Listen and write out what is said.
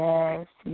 Yes